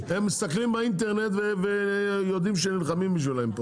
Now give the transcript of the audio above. הם מסתכלים באינטרנט ויודעים שנחלמים בשבילם פה.